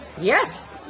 Yes